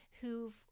who've